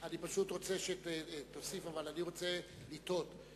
אני פשוט רוצה שתוסיף, אבל אני רוצה לתהות: